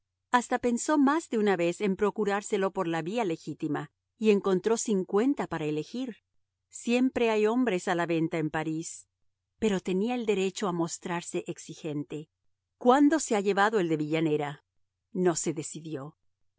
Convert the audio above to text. hasta pensó más de una vez en procurárselo por la vía legítima y encontró cincuenta para elegir siempre hay nombres a la venta en parís pero tenía el derecho a mostrarse exigente cuando se ha llevado el de villanera no se decidió